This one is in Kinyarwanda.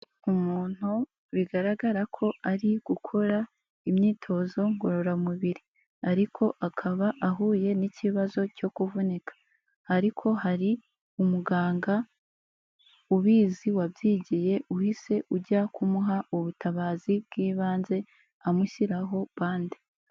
Umuntu bigaragara ko ari gukora imyitozo ngororamubiri ariko akaba ahuye n'ikibazo cyo kuvunika, ariko hari umuganga ubizi wabyigiye uhise ujya kumuha ubutabazi bw'ibanze, amushyiraho bande.